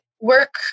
work